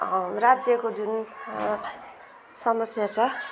राज्यको जुन समस्या छ